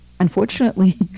Unfortunately